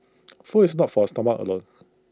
food is not for A stomach alone